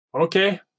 Okay